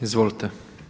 Izvolite.